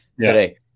today